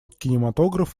кинематограф